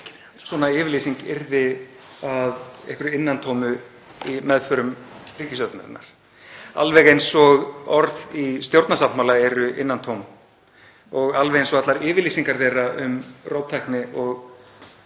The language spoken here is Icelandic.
svona yfirlýsing yrði að einhverju innantómu í meðförum ríkisstjórnarinnar, alveg eins og orð í stjórnarsáttmála eru innantóm og alveg eins og allar yfirlýsingar þeirra um róttækni og